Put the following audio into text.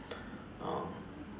um